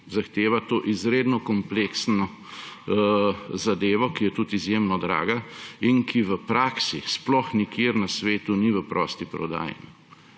zahteva to izredno kompleksno zadevo, ki je tudi izjemno draga in ki v praksi sploh nikjer na svetu ni v prosti prodaji.